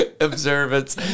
observance